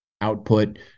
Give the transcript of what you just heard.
output